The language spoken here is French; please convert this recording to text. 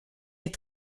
est